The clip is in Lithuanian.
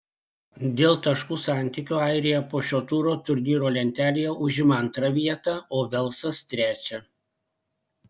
dėl taškų santykio airija po šio turo turnyro lentelėje užima antrą vietą o velsas trečią